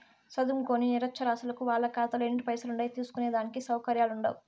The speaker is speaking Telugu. సదుంకోని నిరచ్చరాసులకు వాళ్ళ కాతాలో ఎన్ని పైసలుండాయో సూస్కునే దానికి సవుకర్యాలుండవ్